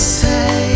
say